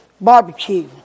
barbecue